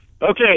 Okay